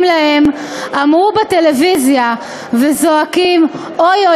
להם 'אמרו בטלוויזיה' וזועקים: 'אוי,